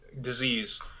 disease